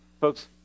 Folks